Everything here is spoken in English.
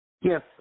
Yes